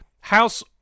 house